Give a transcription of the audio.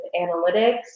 analytics